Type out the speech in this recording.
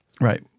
Right